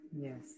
Yes